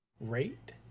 rate